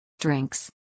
Drinks